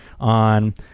On